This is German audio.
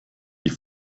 die